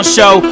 Show